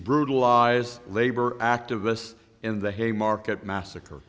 brutalized labor activists in the haymarket massacre